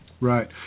Right